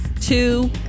two